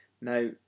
now